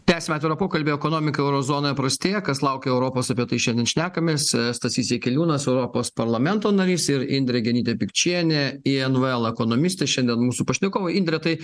tęsiame atvirą pokalbį ekonomika euro zonoje prastėja kas laukia europos apie tai šiandien šnekamės stasys jakeliūnas europos parlamento narys ir indrė genytė pikčienė invl ekonomistė šiandien mūsų pašnekovai indre tai